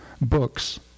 Books